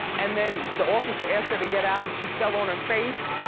and then the officer asked her to get out and she fell on her face?